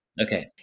Okay